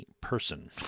person